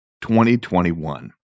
2021